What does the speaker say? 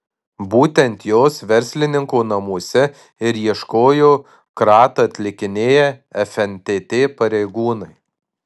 būtent jos verslininko namuose ir ieškojo kratą atlikinėję fntt pareigūnai